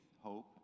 hope